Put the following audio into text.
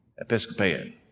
Episcopalian